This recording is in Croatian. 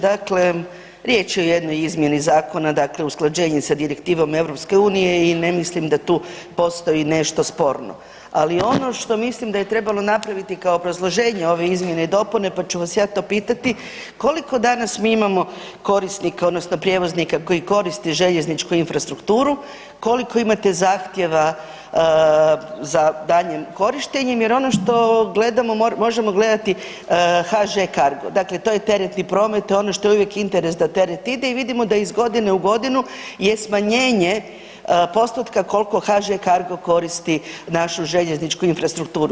Dakle, riječ je o jednoj izmjeni zakona, dakle usklađenje sa direktivom EU i ne mislim da tu postoji nešto sporno, ali ono što mislim da je trebalo napraviti kao obrazloženje ove izmjene i dopune, pa ću vas ja to pitati, koliko danas mi imamo korisnika, odnosno prijevoznika koji koriste željezničku infrastrukturu, koliko imate zahtjeva za daljnjim korištenjem jer ono što gledamo, možemo gledati HŽ Cargo, dakle to je teretni promet, to je ono što uvijek interes da teret ide i vidimo da ih godine u godinu je smanjenje postotka koliko HŽ Cargo koristi našu željezničku infrastrukturu.